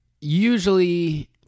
usually